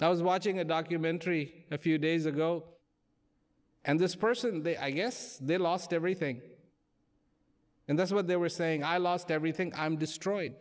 i was watching a documentary a few days ago and this person they i guess they lost everything and that's what they were saying i lost everything i'm destroyed